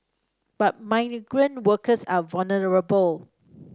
but migrant workers are vulnerable